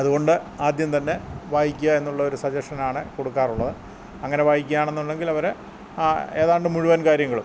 അതുകൊണ്ട് ആദ്യം തന്നെ വായിക്കുക എന്നുള്ളൊരു സജഷനാണ് കൊടുക്കാറുള്ളത് അങ്ങനെ വായിക്കുകയാണെന്നുണ്ടെങ്കിൽ അവരെ അ ഏതാണ്ട് മുഴുവൻ കാര്യങ്ങളും